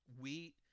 wheat